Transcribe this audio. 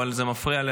אבל זה מפריע לי,